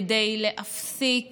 כדי להפסיק